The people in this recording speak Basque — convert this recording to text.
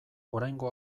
oraingo